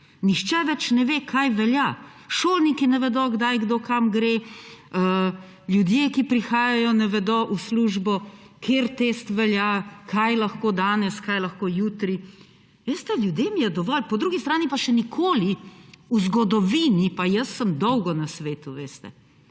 Nihče več ne ve, kaj velja. Šolniki ne vedo, kdaj, kdo, kam gre, ljudje, ki prihajajo v službo, ne vedo, kateri test velja, kaj lahko danes, kaj lahko jutri. Veste, ljudem je dovolj. Po drugi strani pa še nikoli v zgodovini – pa jaz sem dolgo na svetu, veste